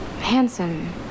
handsome